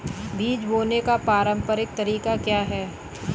बीज बोने का पारंपरिक तरीका क्या है?